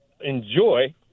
enjoy